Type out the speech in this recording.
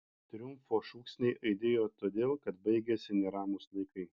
triumfo šūksniai aidėjo todėl kad baigėsi neramūs laikai